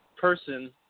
person –